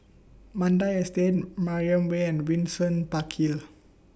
Mandai Estate Mariam Way and Windsor Park Hill